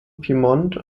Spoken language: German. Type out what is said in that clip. piemont